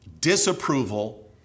disapproval